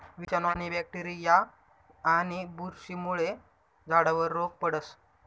विषाणू, बॅक्टेरीया आणि बुरशीमुळे झाडावर रोग पडस